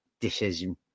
decision